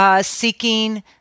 Seeking